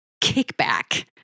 kickback